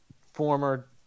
former